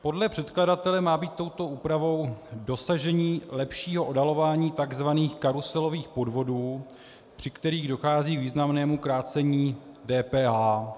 Podle předkladatele má být touto úpravou dosaženo lepšího odhalování tzv. karuselových podvodů, při kterých dochází k významnému krácení DPH.